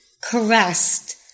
caressed